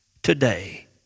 today